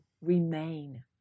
remain